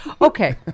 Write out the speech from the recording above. Okay